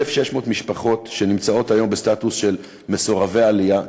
1,600 משפחות שנמצאות היום בסטטוס של מסורבי עלייה.